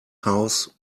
house